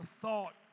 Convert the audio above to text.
thought